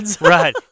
Right